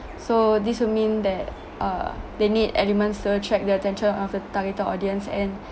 so this would mean that uh they need elements to attract the attention of the targeted audience and